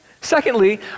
Secondly